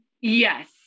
Yes